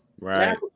Right